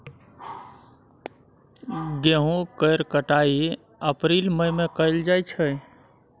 गहुम केर कटाई अप्रील मई में कएल जाइ छै